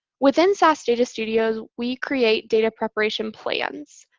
within sas data studio, we create data preparation plans.